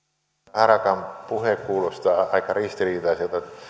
harakan puhe kuulostaa aika ristiriitaiselta